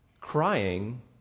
crying